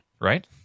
right